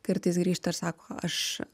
kartais grįžta ir sako aš